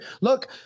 look